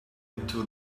into